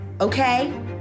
okay